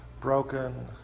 broken